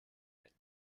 denkt